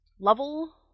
Level